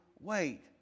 wait